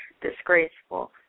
disgraceful